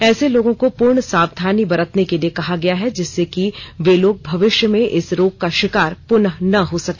ऐसे लोगों को पूर्ण सावधानी बरतने के लिए कहा गया है जिससे कि वे लोग भविष्य में इस रोग का शिकार पुनः न हो सके